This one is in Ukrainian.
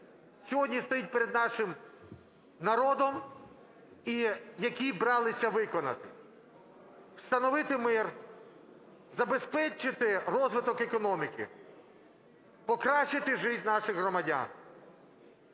сьогодні стоїть перед нашим народом і які бралися виконати: встановити мир, забезпечити розвиток економіки, покращити життя наших громадян.